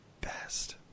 best